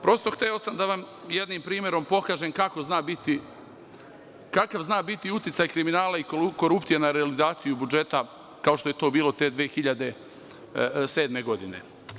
Prosto, hteo sam da vam jednim primer pokažem kakav zna biti uticaj kriminala i korupcije na realizaciju budžeta, kao što je to bilo te 2007. godine.